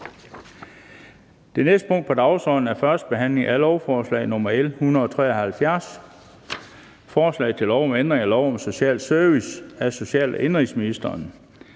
Det næste punkt på dagsordenen er: 8) 1. behandling af lovforslag nr. L 173: Forslag til lov om ændring af lov om social service. (Psykologbehandling